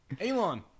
Elon